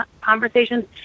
conversations